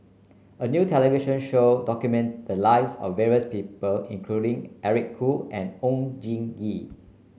a new television show documented the lives of various people including Eric Khoo and Oon Jin Gee